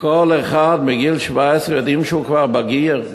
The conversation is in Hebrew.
כל אחד מגיל 17, יודעים שהוא כבר בגיר,